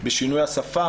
הרבה פעמים בשינוי השפה,